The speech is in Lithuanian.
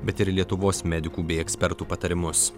bet ir į lietuvos medikų bei ekspertų patarimus